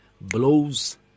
blows